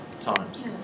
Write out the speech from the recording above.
times